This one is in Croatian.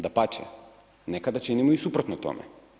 Dapače, nekada činimo i suprotno tome.